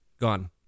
Gone